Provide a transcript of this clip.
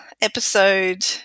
episode